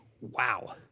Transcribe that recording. wow